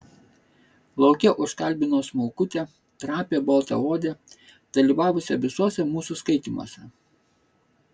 lauke užkalbinau smulkutę trapią baltaodę dalyvavusią visuose mūsų skaitymuose